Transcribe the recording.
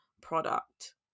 product